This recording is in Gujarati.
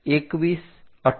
તો 67142128